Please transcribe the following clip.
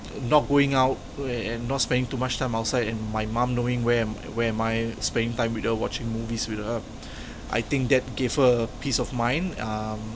not going out and not spending too much time outside and my mom knowing where am where am I spending time with her watching movies with her I think that gave her peace of mind um